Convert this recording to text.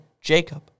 Jacob